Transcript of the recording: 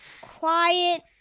quiet